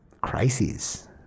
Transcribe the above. crises